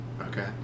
Okay